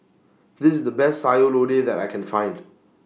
This IS The Best Sayur Lodeh that I Can Find